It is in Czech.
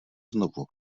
znovu